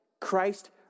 Christ